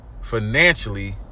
Financially